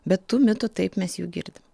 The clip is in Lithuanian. bet tų mitų taip mes jų girdim